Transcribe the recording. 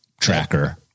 tracker